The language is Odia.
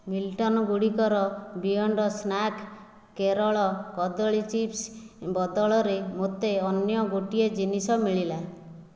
ମିଲଟନ୍ ଗୁଡ଼ିକର ବିୟଣ୍ଡ ସ୍ନାକ୍ କେରଳ କଦଳୀ ଚିପ୍ସ ବଦଳରେ ମୋତେ ଅନ୍ୟ ଗୋଟିଏ ଜିନିଷ ମିଳିଲା